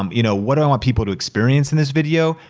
um you know what do i want people to experience in this video?